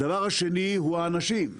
הדבר השני הוא האנשים.